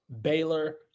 Baylor